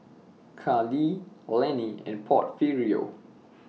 Kalie Lenny and Porfirio